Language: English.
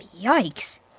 yikes